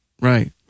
right